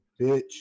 bitch